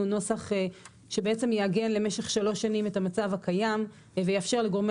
נוסח שבעצם יעגן למשך שלוש שנים את המצב הקיים ויאפשר לגורמי